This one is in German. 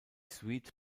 suite